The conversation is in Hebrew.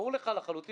ברור לך לחלוטין,